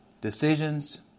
decisions